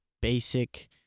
basic